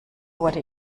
wurde